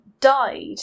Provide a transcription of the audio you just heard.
died